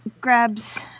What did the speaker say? grabs